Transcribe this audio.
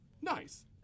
nice